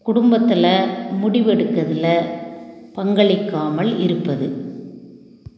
குடும்பத்தில் முடிவெடுக்கறதில் பங்களிக்காமல் இருப்பது